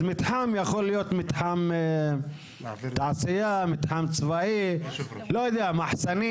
מתחם יכול להיות מתחם תעשייה, מתחם צבאי, מחסנים.